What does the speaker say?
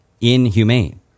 inhumane